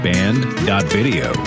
Band.video